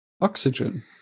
oxygen